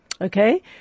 Okay